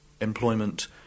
employment